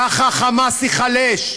ככה ה"חמאס" ייחלש.